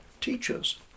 teachers